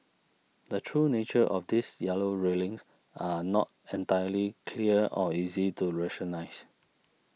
the true nature of these yellow railings are not entirely clear or easy to rationalise